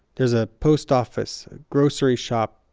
there's a post office, grocery shop,